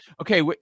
Okay